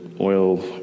oil